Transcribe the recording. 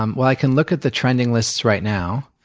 um well, i can look at the trending lists right now.